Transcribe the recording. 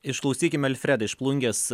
išklausykim alfredo iš plungės